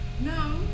No